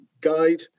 guide